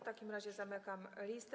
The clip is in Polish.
W takim razie zamykam listę.